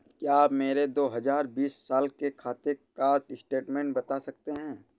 क्या आप मेरे दो हजार बीस साल के खाते का बैंक स्टेटमेंट बता सकते हैं?